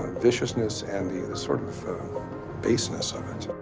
and viciousness and the the sort of baseness of it.